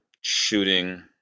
shooting